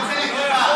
חבר הכנסת אוריאל בוסו.